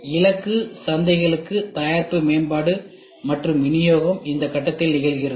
இலக்கு சந்தைகளுக்கு தயாரிப்பு மேம்பாடு மற்றும் விநியோகம் இந்த கட்டத்தில் நிகழ்கிறது